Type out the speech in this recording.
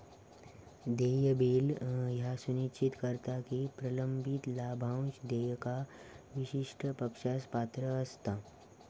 देय बिल ह्या सुनिश्चित करता की प्रलंबित लाभांश देयका विशिष्ट पक्षास पात्र असता